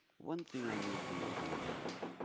one thing i knew from the beginning, however,